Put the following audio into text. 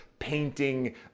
painting